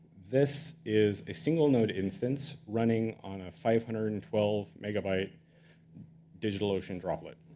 this is a single node instance running on a five hundred and twelve megabyte digital ocean droplet.